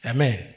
Amen